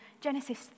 Genesis